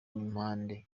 n’impande